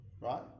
right